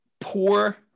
Poor